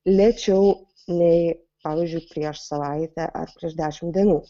lėčiau nei pavyzdžiui prieš savaitę ar prieš dešimt dienų